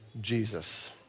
Jesus